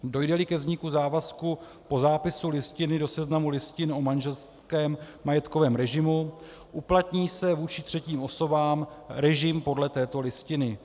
Dojdeli ke vzniku závazku po zápisu listiny do seznamu listin o manželském režimu, uplatní se vůči třetím osobám režim podle této listiny.